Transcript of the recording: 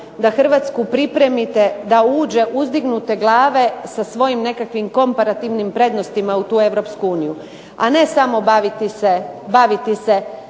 da Hrvatsku pripremite da uđe uzdignute glave sa svojim nekakvim komparativnim prednostima u tu Europsku uniju, a ne samo baviti se pitanjem